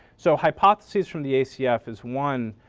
so hypothesis from the acf is one,